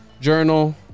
journal